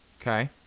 Okay